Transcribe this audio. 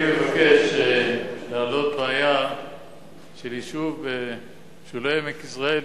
אני מבקש להעלות בעיה של יישוב בשולי עמק יזרעאל,